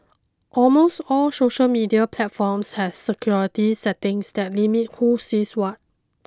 almost all social media platforms have security settings that limit who sees what